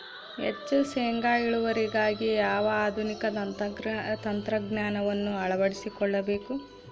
ಹೆಚ್ಚು ಶೇಂಗಾ ಇಳುವರಿಗಾಗಿ ಯಾವ ಆಧುನಿಕ ತಂತ್ರಜ್ಞಾನವನ್ನು ಅಳವಡಿಸಿಕೊಳ್ಳಬೇಕು?